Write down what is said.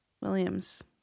Williams